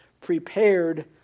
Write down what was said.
prepared